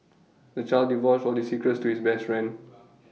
the child divulged all his secrets to his best friend